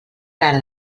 cara